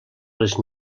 les